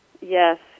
yes